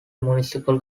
municipal